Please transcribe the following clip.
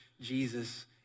Jesus